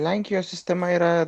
lenkijos sistema yra